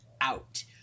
out